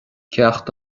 ceacht